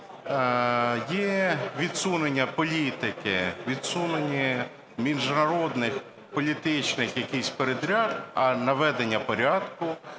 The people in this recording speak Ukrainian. є відсунення політики, відсунення міжнародних політичних якихось передряг, а наведення порядку